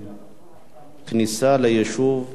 כניסה ליישוב מבשרת-ציון,